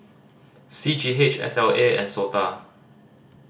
C G H S L A and SOTA